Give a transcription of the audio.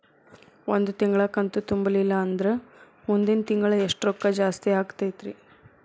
ಒಂದು ತಿಂಗಳಾ ಕಂತು ತುಂಬಲಿಲ್ಲಂದ್ರ ಮುಂದಿನ ತಿಂಗಳಾ ಎಷ್ಟ ರೊಕ್ಕ ಜಾಸ್ತಿ ಆಗತೈತ್ರಿ?